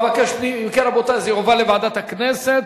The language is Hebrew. כן, זה יועבר לוועדת הכנסת,